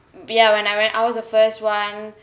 ya when I went I was the first [one]